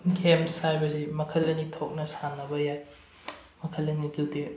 games ꯍꯥꯏꯕꯁꯤ ꯃꯈꯜ ꯑꯅꯤ ꯊꯣꯛꯅ ꯁꯥꯟꯅꯕ ꯌꯥꯏ ꯃꯈꯜ ꯑꯅꯤꯗꯨꯗꯤ